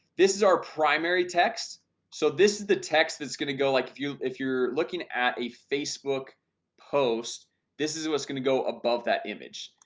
this is our primary texts so this is the text that's going to go like if you if you're looking at a facebook post this is what's gonna go above that image.